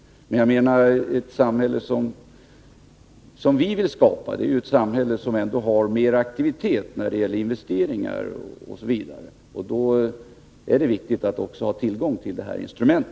Men ett samhälle som vi vill skapa är ett samhälle som har mer aktivitet när det gäller investeringar osv., och då är det viktigt att också ha tillgång till detta instrument.